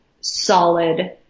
solid